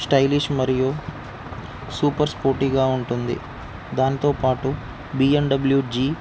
stylish మరియు super స్పోర్టీగా ఉంటుంది దాంతోపాటు బిఎండబ్ల్యూ జి